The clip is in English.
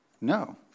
No